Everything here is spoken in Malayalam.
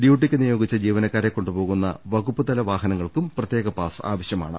ഡ്യൂട്ടിക്ക് നിയോഗിച്ച ജീവനക്കാരെ കൊണ്ടു പോകുന്ന വകുപ്പുതല വാഹനങ്ങൾക്കും പ്രത്യേക പാസ് ആവശ്യമാണ്